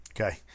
Okay